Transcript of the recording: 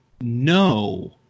no